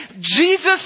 Jesus